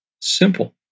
Simple